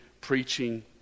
preaching